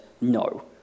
No